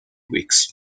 weeks